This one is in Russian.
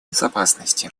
безопасности